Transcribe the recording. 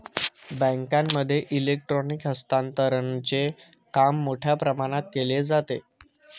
बँकांमध्ये इलेक्ट्रॉनिक हस्तांतरणचे काम मोठ्या प्रमाणात केले जाते